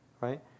right